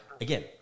again